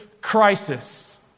crisis